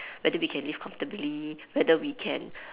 whether we can live comfortably whether we can